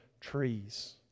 trees